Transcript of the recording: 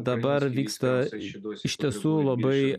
dabar vyksta iš tiesų labai